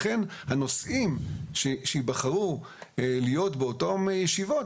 לכן הנושאים שייבחרו להיות באותן ישיבות,